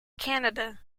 canada